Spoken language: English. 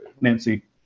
Nancy